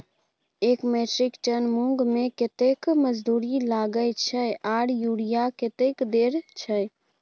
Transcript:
एक metric ton मूंग में कतेक मजदूरी लागे छै आर यूरिया कतेक देर छै?